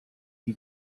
die